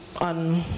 on